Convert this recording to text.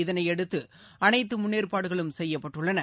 இதனை அடுத்து அனைத்து முன்னேற்பாடுகளும் செய்யப்பட்டுள்ளன